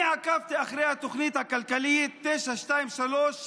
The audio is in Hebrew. אני עקבתי אחרי התוכנית הכלכלית 923,